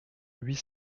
huit